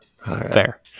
fair